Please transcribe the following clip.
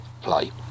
play